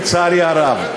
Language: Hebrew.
לצערי הרב.